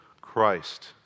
Christ